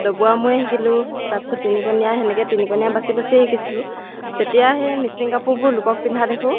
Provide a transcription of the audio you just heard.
ডবোৱা ময়ে শিকিলোঁ তাৰপিছত তিনিকুণীয়া তেনেকৈ তিনিকুণীয়া বাচি বাচিয়ে শিকিছিলোঁ যেতিয়া সেই মিচিং কাপোৰবোৰ লোকক পিন্ধা দেখোঁ